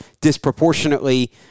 disproportionately